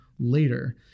later